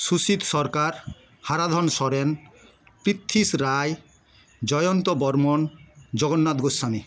Sushit Sarkar Haradhan Soren Prithwish Roy Jayanta Barman Jagannath Goswami